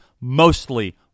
mostly